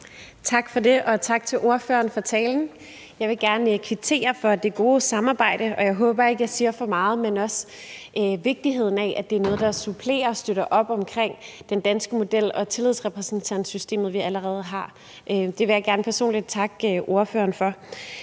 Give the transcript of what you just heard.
Tak for det, og tak til ordføreren for talen. Jeg vil gerne kvittere for det gode samarbejde, og jeg håber ikke jeg siger for meget, men det er også vigtigt, at det er noget, der supplerer og støtter op omkring den danske model og det tillidsrepræsentantsystem, vi allerede har. Det vil jeg gerne personligt takke ordføreren for.